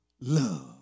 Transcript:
love